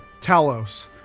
Talos